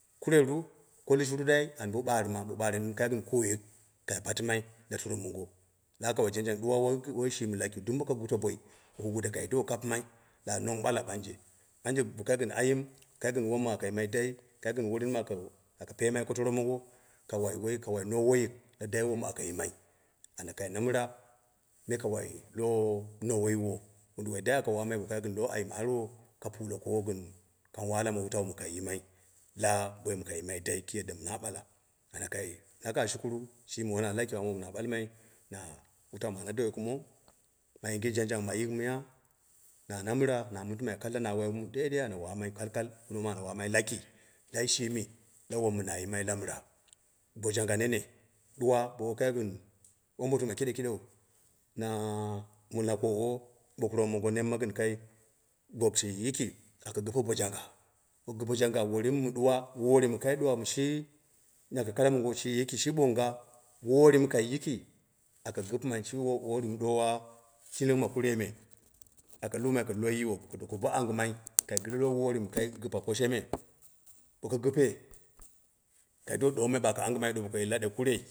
Kureru kolushuru an bo ɓarɨma, bo kai gɨn kuuyuk dɨm kai patɨmai la toro mongo lawa ka wai jangjang, ɗuwa wai shimi lakiu dɨm bo ka gute boi don kai do kapɨ mai ɗaa nong ɓala ɓanje ɓanje bo kai gɨn ayim ka gɨn wom aka yimai dai kai gɨn worin mɨ aka peemai ko toro mongo ka wai woi, ka wai nong woyi, la dai wom aka yimai anya kai na mɨra me ka wai lowo nowe yiwo wunduwo dai bo aka yimai bo kai gɨn lowo ayim yiwo ka pule kowo gɨn kang wa ala ma wutau mi kai yimai la boim mɨ kai yima i dai kii yanda mɨ na bala ana kai la kashukara shimi wona lakiu amma wom na ɓalmai na wutan ma ana dwai kumo, ma yinge jangjang ma yɨk ma mɨya na la mɨra na mɨtimai kalla na wai mi daidai mɨ ana wamai kalkal gɨn wom ana wamai laki dai shimi la wom na yima la mira bo jangga nene ɗuwa, bo woi kai gɨn wombotuma kide kɨɗeu na mina koowo ɓok urure mongo nemma gɨn kai bo shi yiki aka gɨpe bo jangga bo gɨpe jangga worin mɨ suwa, wori mi ako kala mongo shi yiki shi mongo, wori mɨ kai yiki aka gɨpɨmai shimi wori mɨ ɗuwa jiling ma kurei me, aka lumai ka loi yiwo, bo ka doko bo an gɨmai, kai gire lowo wori mɨ kai gɨpa poshe me bo ka gɨpe, kai kai do ɗongnghai ɗo ba aka angɨmai